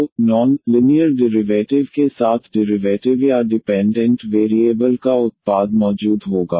तो non linear एक में डिरिवैटिव के साथ डिरिवैटिव या डिपेंडेंट वेरिएबल का उत्पाद मौजूद होगा